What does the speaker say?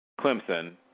Clemson